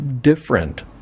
different